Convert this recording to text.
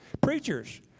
Preachers